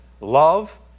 love